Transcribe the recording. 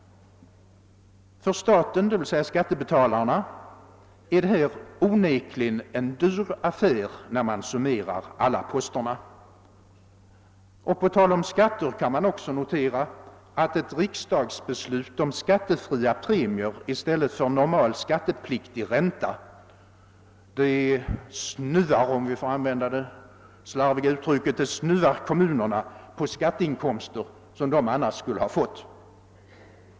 För staten — dvs. skattebetalarna — är detta onekligen en dyr affär när man summerar alla posterna. På tal om skatten kan man också notera att riksdagsbeslutet om skattefria premier i stället för normal skattepliktig ränta snuvar — om jag här får använda det slarviga uttrycket — kommunerna på skatteinkomster som de annars skulle ha fått.